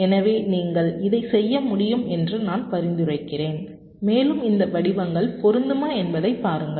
எனவே நீங்கள் இதைச் செய்ய முடியும் என்று நான் பரிந்துரைக்கிறேன் மேலும் இந்த வடிவங்கள் பொருந்துமா என்பதைப் பாருங்கள்